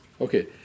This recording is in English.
Okay